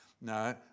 No